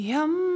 Yum